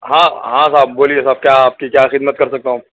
ہاں ہاں صاحب بولیے صاحب کیا آپ کی کیا خدمت کر سکتا ہوں